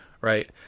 Right